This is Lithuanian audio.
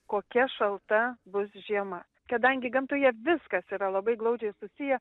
kokia šalta bus žiema kadangi gamtoje viskas yra labai glaudžiai susiję